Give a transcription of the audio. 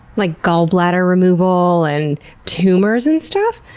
like, gallbladder removal and tumors and stuff?